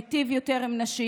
מיטיב יותר עם נשים.